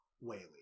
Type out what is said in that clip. Whaley